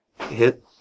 Hit